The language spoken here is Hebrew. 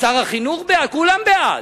שר החינוך בעד, כולם בעד.